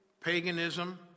paganism